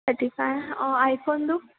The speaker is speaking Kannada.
thirty five ಐಫೋನ್ದು